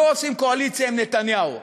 לא עושים קואליציה עם נתניהו,